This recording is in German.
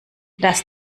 das